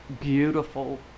beautiful